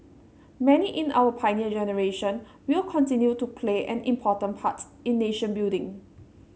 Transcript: many in our Pioneer Generation will continue to play an important parts in nation building